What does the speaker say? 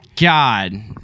God